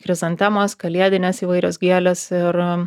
chrizantemas kalėdinės įvairias gėlės ir